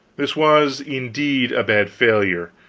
this was, indeed, a bad failure,